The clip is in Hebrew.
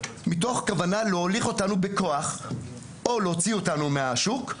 מתוך כוונה להוליך אותנו בכוח או להוציא אותנו מהשוק.